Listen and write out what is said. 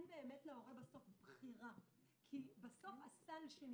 בסוף אין באמת להורה בחירה,